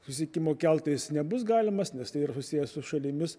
susisiekimo keltais nebus galimas nes tai yra susiję su šalimis